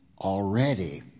already